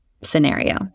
scenario